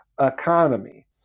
economy